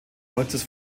holzes